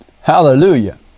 Hallelujah